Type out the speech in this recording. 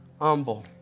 humble